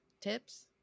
tips